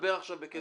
דבר עכשיו בכסף.